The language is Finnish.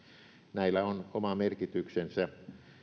näillä on oma merkityksensä